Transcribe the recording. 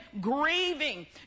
grieving